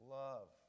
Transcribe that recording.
love